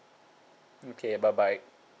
okay bye bye